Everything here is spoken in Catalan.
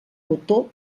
otó